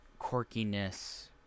quirkiness